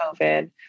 COVID